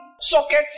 socket